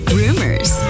rumors